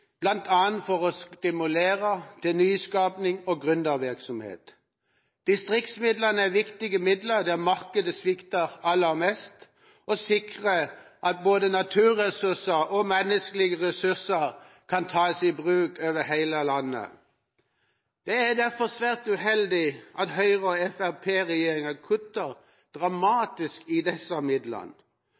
for å stimulere til nyskaping og gründervirksomhet. Distriktsmidlene er viktige midler der markedet svikter aller mest, og sikrer at både naturressurser og menneskelige ressurser kan tas i bruk over hele landet. Det er derfor svært uheldig at Høyre–Fremskrittsparti-regjeringa kutter dramatisk i disse midlene.